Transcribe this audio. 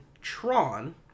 tron